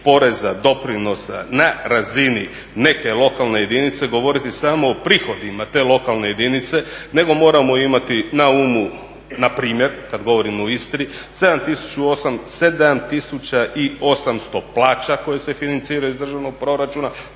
poreza, doprinos na razini neke lokalne jedinice govoriti samo o prihodima te lokalne jedinice nego moramo imati na umu npr. kad govorimo o Istri 7800 plaća koje se financiraju iz državnog proračuna